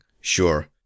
sure